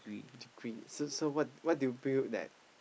degree so so what what do you feel that